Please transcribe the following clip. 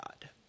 God